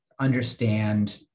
understand